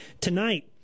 tonight